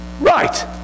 Right